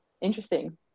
interesting